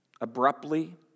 abruptly